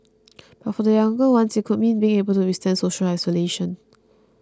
but for the younger ones it could mean being able to withstand social isolation